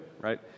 right